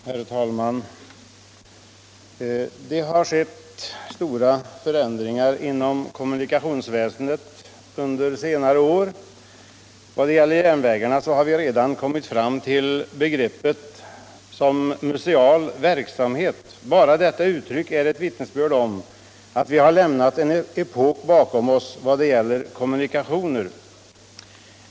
Herr talman! Det har skett stora förändringar inom kommunikationsväsendet under senare år. Vad det gäller järnvägarna så har vi redan kommit fram till begrepp som museal verksamhet. Bara detta uttryck är ett vittnesbörd om att vi har lämnat en epok bakom oss i fråga om kommunikationer.